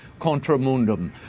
Contramundum